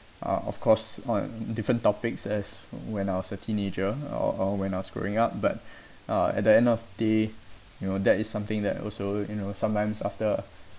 uh of course on different topics as when I was a teenager or or when I was growing up but uh at the end of day you know that is something that also you know sometimes after